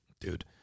dude